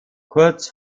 kurz